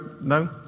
No